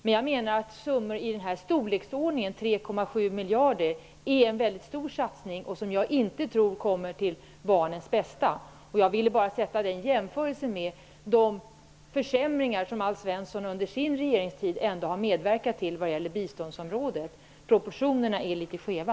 Men jag menar att summor i storleksordningen 3,7 miljarder är en väldigt stor satsning som jag inte tror kommer till barnens bästa. ad gäller biståndet ville jag bara göra en jämförelse med de försämringar som Alf Svensson under sin regeringstid har medverkat till på det området. Proportionerna är litet skeva.